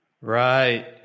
Right